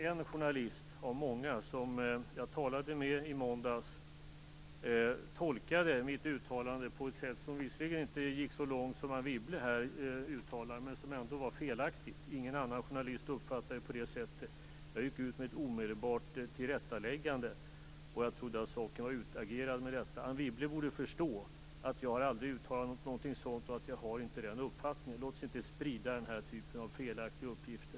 En journalist av många som jag talade med i måndags tolkade mitt uttalande på ett sätt som visserligen inte gick så långt som Anne Wibble här uttalar men som ändå var felaktigt. Ingen annan journalist uppfattade det som jag sade på det sättet. Jag gick ut med ett omedelbart tillrättaläggande, och jag trodde att saken i och med detta var utagerad. Anne Wibble borde förstå att jag aldrig har uttalat något sådant och att jag inte har den uppfattningen. Låt oss inte sprida den typen av felaktiga uppgifter.